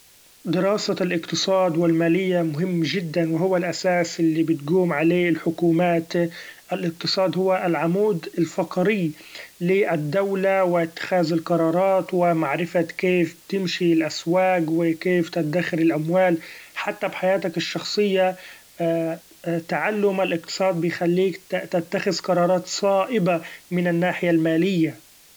دراسة الإقتصاد و المالية مهم جدا و هو الأساس الي بتقوم عليه الحكومات ، الإقتصاد هو العمود الفقري لي الدولة و اتخاذ القرارات و معرفة كيف تمشي الأسواق و كيف تدخر الأموال ، حتي بحياتك الشخصية تعلم الإقتصاد بيخليك تتخذ قرارات صائبة من الناحية المالية.